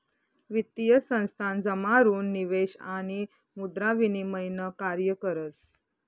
वित्तीय संस्थान जमा ऋण निवेश आणि मुद्रा विनिमय न कार्य करस